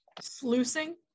Sluicing